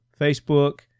Facebook